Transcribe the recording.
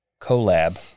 collab